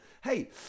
Hey